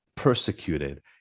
Persecuted